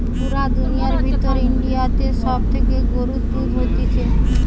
পুরা দুনিয়ার ভিতর ইন্ডিয়াতে সব থেকে গরুর দুধ হতিছে